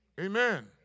Amen